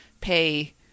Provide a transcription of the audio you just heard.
pay